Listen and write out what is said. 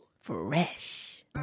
Fresh